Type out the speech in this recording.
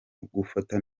gufata